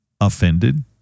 offended